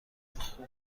خوب